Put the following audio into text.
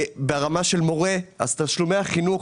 מורה תשלומי החינוך,